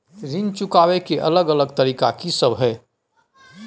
ऋण चुकाबय के अलग अलग तरीका की सब हय?